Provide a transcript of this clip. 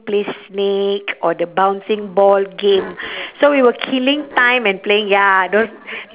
play snake or the bouncing ball game so we were killing time and playing ya those